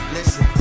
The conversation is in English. Listen